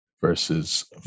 versus